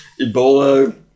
Ebola